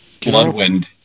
Bloodwind